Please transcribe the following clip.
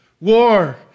war